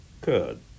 Good